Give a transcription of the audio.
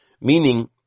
meaning